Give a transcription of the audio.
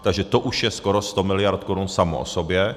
Takže to už je skoro 100 mld. korun samo o sobě.